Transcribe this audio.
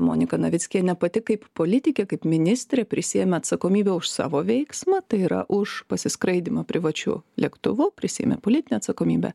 monika navickienė pati kaip politikė kaip ministrė prisiėmė atsakomybę už savo veiksmą tai yra už pasiskraidymą privačiu lėktuvu prisiėmė politinę atsakomybę